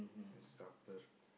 suppers